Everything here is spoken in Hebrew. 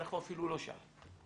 אנחנו אפילו לא שם.